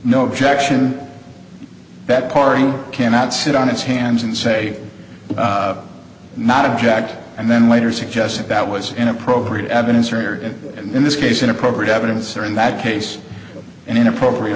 no objection that party cannot sit on its hands and say not object and then later suggest that that was inappropriate evidence here and in this case inappropriate evidence or in that case an inappropriate